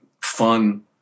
fun